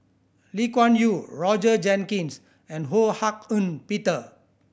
Lee Kuan Yew Roger Jenkins and Ho Hak Ean Peter